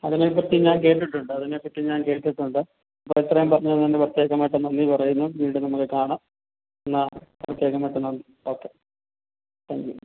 അതിനെപ്പറ്റി ഞാൻ കേട്ടിട്ടുണ്ട് അതിനെപ്പറ്റി ഞാൻ കേട്ടിട്ടുണ്ട് ഇത്രയും പറഞ്ഞു തന്നതിന് പ്രത്യേകമായിട്ട് നന്ദി പറയുന്നു വീണ്ടും നമുക്ക് കാണാം എന്നാ ഓക്കെ താങ്ക്യു